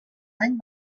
any